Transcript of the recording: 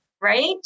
right